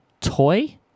toy